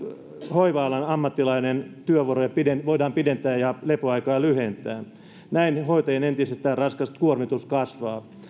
hoiva alan ammattilaisen työvuoroja voidaan pidentää ja lepoaikaa lyhentää näin hoitajien entisestään raskas kuormitus kasvaa